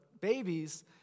babies